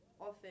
often